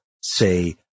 say